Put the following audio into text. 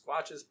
Squatches